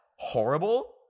horrible